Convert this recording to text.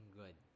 good